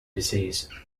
disease